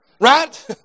right